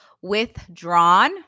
withdrawn